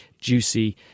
juicy